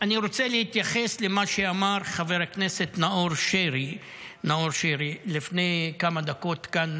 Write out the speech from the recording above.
אני רוצה להתייחס למה שאמר חבר הכנסת נאור שירי לפני כמה דקות כאן,